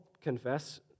confess